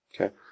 Okay